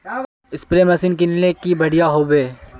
Spray machine किनले की बढ़िया होबवे?